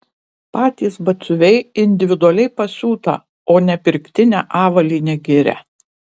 patys batsiuviai individualiai pasiūtą o ne pirktinę avalynę giria